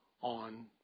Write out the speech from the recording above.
on